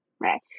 right